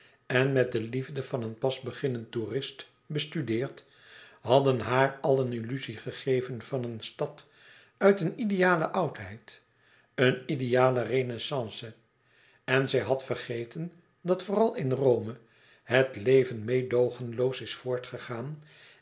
en met de liefde van een pas beginnend toerist bestudeerd hadden haar al een illuzie gegeven van een stad uit een ideale oudheid een ideale renaissance en zij had vergeten dat vooral in rome het leven meêdoogenloos is voortgegaan